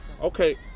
Okay